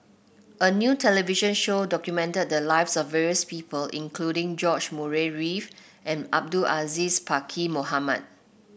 a new television show documented the lives of various people including George Murray Reith and Abdul Aziz Pakkeer Mohamed